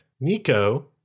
Nico